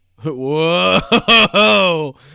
Whoa